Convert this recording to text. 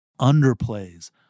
underplays